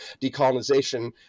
decolonization